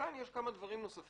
כאן יש כמה דברים נוספים